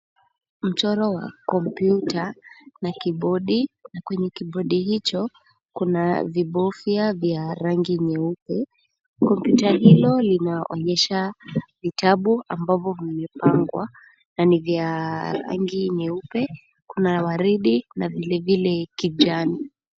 Mchoro wa kompyuta na kibodi. Kwenye kibodi hicho kuna vibofya vya rangi nyeupe. Kompyuta hilo linaonyesha vitabu ambavyo vimepangwa na ni vya rangi nyeupe, kuna ya waridi na vilevile kijani.